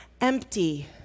empty